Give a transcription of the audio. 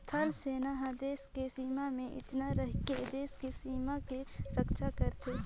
थल सेना हर देस के सीमा में तइनात रहिके देस के सीमा के रक्छा करथे